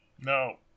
no